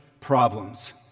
problems